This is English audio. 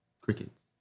crickets